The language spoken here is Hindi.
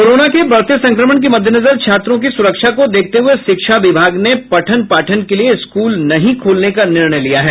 कोरोना के बढ़ते संक्रमण के मद्देनजर छात्रों की सुरक्षा को देखते हये शिक्षा विभाग ने पठन पाठन के लिये स्कूल नहीं खोलने का निर्णय लिया है